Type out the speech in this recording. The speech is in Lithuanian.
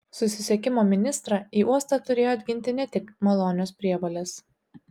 susisiekimo ministrą į uostą turėjo atginti ne tik malonios prievolės